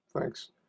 Thanks